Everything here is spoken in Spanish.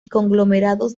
conglomerados